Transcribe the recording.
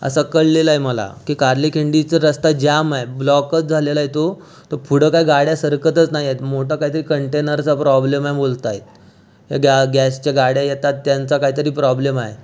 असं कळलेलं आहे मला की कारली खिंडीच रस्ता जाम आहे ब्लॉकच झालेला आहे तो तर पुढं काय गाड्या सरकतच नाही आहेत मोठा काय तरी कंटेनरचा प्रॉब्लेम आहे बोलत आहेत त्या गॅ गॅसचा गाड्या येतात त्यांचा काय तरी प्रॉब्लेम आहे